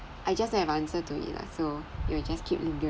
I just have an answer to it lah so you'll just keep lingering